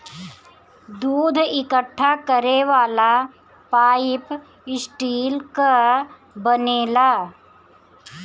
दूध इकट्ठा करे वाला पाइप स्टील कअ बनेला